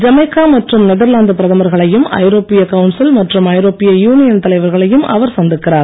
Jamaica மற்றும் Netherlands பிரதமர்களையும் ஐரோப்பிய கவுன்சில் மற்றும் ஐரோப்பிய யூனியன் தலைவர்களையும் அவர் சந்திக்கிறார்